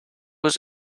was